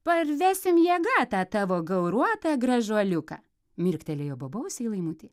parvesim jėga tą tavo gauruotą gražuoliuką mirktelėjo bobausei laimutė